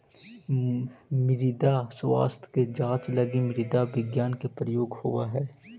मृदा स्वास्थ्य के जांच लगी मृदा विज्ञान के प्रयोग होवऽ हइ